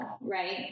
right